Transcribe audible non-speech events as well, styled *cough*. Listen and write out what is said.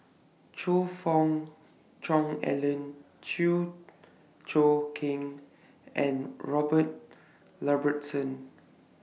Choe Fook Cheong Alan Chew Choo Keng and Robert *unintelligible*